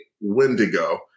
Wendigo